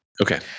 Okay